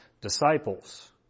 disciples